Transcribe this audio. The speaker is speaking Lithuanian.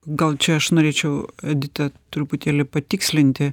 gal čia aš norėčiau edita truputėlį patikslinti